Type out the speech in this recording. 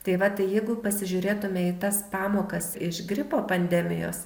tai va tai jeigu pasižiūrėtume į tas pamokas iš gripo pandemijos